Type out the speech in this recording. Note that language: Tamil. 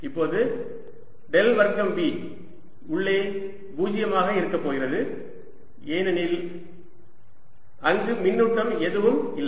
இப்போது டெல் வர்க்கம் V உள்ளே 0 ஆக இருக்கப்போகிறது ஏனெனில் அங்கு மின்னூட்டம் ஏதும் இல்லை